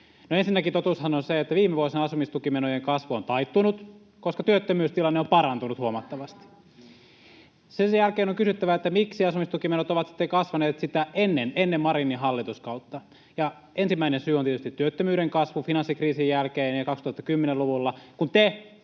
ensinnäkin, totuushan on se, että viime vuosina asumistukimenojen kasvu on taittunut, koska työttömyystilanne on parantunut huomattavasti. Sen jälkeen on kysyttävä, miksi asumistukimenot ovat sitten kasvaneet sitä ennen, ennen Marinin hallituskautta. Ensimmäinen syy on tietysti työttömyyden kasvu finanssikriisin jälkeen ja 2010-luvulla, kun te